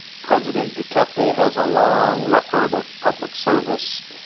president duterte has a long record of public service,